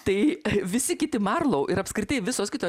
tai visi kiti marlau ir apskritai visos kitos